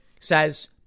says